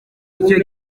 icyo